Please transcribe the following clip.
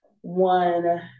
one